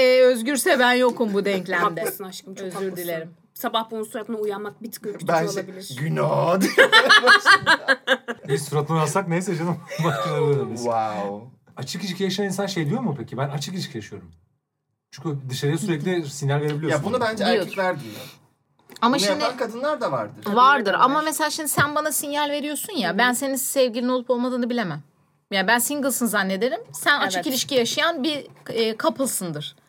Ee, özgürse ben yokum bu denklemde. Haklısın aşkım, çok Özür haklısın. dilerim. Sabah bunun suratına uyanmak bir tık ürkütücü Ben şey- olabilir. Günaydın. Başında. Biz suratına uyansak neyse canım. Bakın öyle demiş. Wow. Açık ilişki yaşayan insan şey diyor mu peki? Ben açık ilişki yaşıyorum. Çünkü dışarıya sürekli sinyal verebiliyorsun. Ya bunu bence Diyor. erkekler diyor. Ama Bunu şimdi- yapan kadınlar da vardır. Vardır. Kadınlar da var. Ama mesela şimdi sen bana sinyal veriyorsun ya, ben Hı hı. senin sevgilin olup olmadığını bilemem. Yani ben singlesın zannederim. Sen açık Evet. ilişki yaşayan bir, e, couplesındır.